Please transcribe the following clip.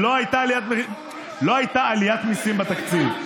לא הייתה עליית מיסים בתקציב.